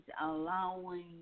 allowing